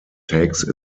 takes